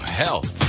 health